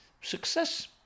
Success